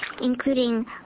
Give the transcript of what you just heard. including